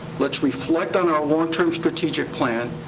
let's reflect on our long-term strategic plan.